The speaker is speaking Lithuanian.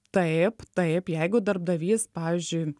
taip taip jeigu darbdavys pavyzdžiui